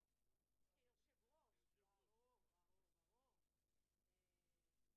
העבודה, הרווחה והבריאות.